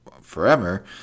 forever